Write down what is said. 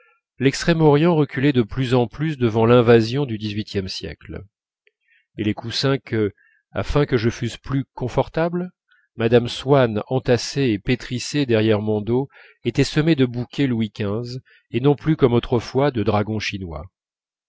lextrême orient reculait de plus en plus devant l'invasion du xviiie siècle et les coussins que afin que je fusse plus confortable mme swann entassait et pétrissait derrière mon dos étaient semés de bouquets louis xv et non plus comme autrefois de dragons chinois